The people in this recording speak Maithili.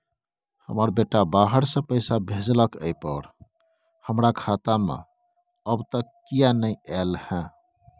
हमर बेटा बाहर से पैसा भेजलक एय पर हमरा खाता में अब तक किये नाय ऐल है?